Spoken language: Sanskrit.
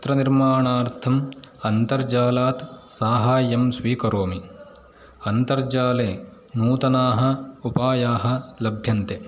चित्रनिर्माणार्थम् अन्तर्जालात् साहाय्यं स्वीकरोमि अन्तर्जाले नूतनाः उपायाः लभ्यन्ते